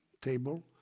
table